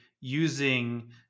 using